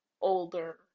older